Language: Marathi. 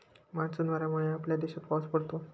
मान्सून वाऱ्यांमुळे आपल्या देशात पाऊस पडतो